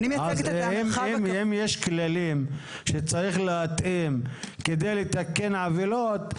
אם יש כללים שצריך להתאים כדי לתקן עוולות,